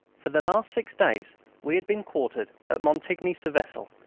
for the last six days we had been quartered at montigny-sur-vesle,